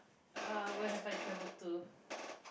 uh where have I travelled to